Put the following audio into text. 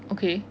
okay